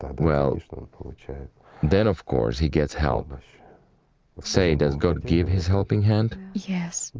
well then, of course, he gets help. say, does god gives his helping hand? yes,